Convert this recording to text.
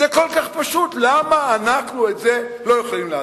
זה כל כך פשוט, למה אנחנו את זה לא יכולים לעשות?